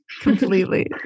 Completely